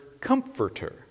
comforter